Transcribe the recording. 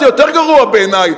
זה יותר גרוע בעיני,